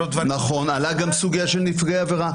נכון, עלתה גם סוגיה של נפגעי עבירה.